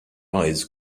eyes